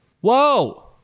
whoa